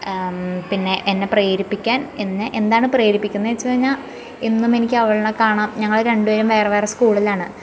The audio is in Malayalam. പിന്നെ എന്നെ പ്രേരിപ്പിക്കാൻ എന്നെ എന്താണ് പ്രേരിപ്പിക്കുന്നതെന്ന് വെച്ചുകഴിഞ്ഞാൽ എന്നും എനിക്ക് അവൾണെ കാണാം ഞങ്ങൾ രണ്ടുപേരും വേറെ വേറെ സ്കൂളിലാണ്